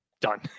done